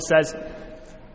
says